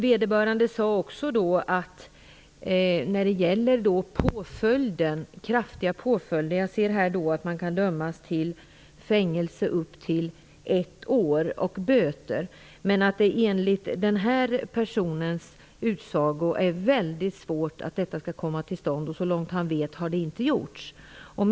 Vederbörande sade också att det när det gäller kraftiga påföljder - man kan alltså dömas till fängelse i upp till ett år och till böter - är väldigt svårt att få detta till stånd och att det såvitt han visste inte hade skett.